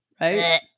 right